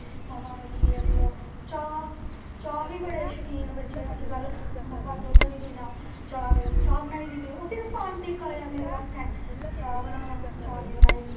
ते भ्राऽ खुश होई जंदे भैंना खुश होई जंदियां फिर भ्राह् भैंनें गी पैसे दिंदे सूट दिंदे भला रक्खड़ी टिक्के गी आई ही भैन ते